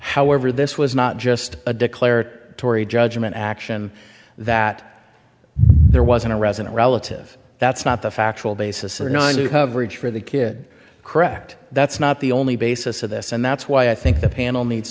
however this was not just a declared tory judgement action that there wasn't a resident relative that's not the factual basis or not you cover it for the kid correct that's not the only basis of this and that's why i think the panel needs